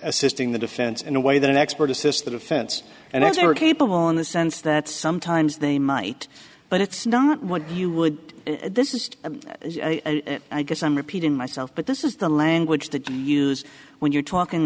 assisting the defense in a way that an expert assist the defense and that's were capable in the sense that sometimes they might but it's not what you would this is i guess i'm repeating myself but this is the language they use when you're talking